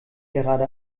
gerade